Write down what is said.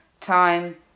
time